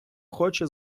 хоче